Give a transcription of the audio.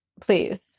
please